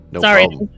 Sorry